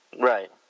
Right